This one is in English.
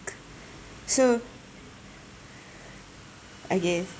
so okay